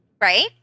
Right